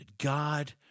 God